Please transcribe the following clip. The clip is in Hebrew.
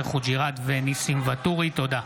יאסר חוג'יראת וניסים ואטורי בנושא: